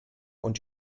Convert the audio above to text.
und